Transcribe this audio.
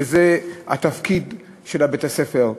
שזה התפקיד של בית-הספר,